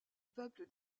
peuple